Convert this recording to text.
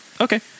okay